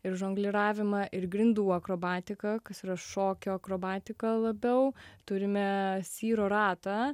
ir žongliravimą ir grindų akrobatiką kas yra šokio akrobatika labiau turime syro ratą